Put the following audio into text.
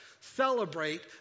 Celebrate